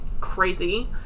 crazy